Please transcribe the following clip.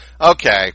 Okay